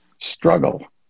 struggle